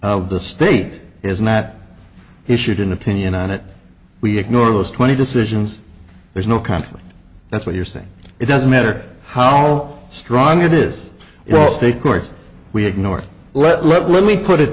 of the state is not issued an opinion on it we ignore those twenty decisions there's no conflict that's what you're saying it doesn't matter how all strong it is your state courts we ignore let let let me put it